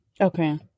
Okay